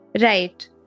Right